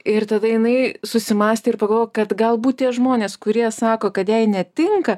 ir tada jinai susimąstė ir pagalvojo kad galbūt tie žmonės kurie sako kad jai netinka